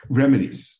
remedies